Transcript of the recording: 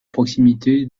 proximité